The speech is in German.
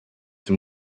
dem